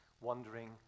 wondering